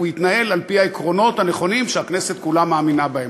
יתנהל על-פי העקרונות הנכונים שהכנסת כולה מאמינה בהם.